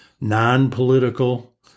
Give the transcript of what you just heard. non-political